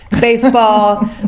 baseball